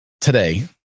today